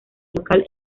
local